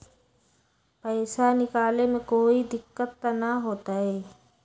पैसा निकाले में कोई दिक्कत त न होतई?